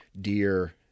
deer